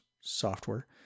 software